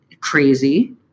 Crazy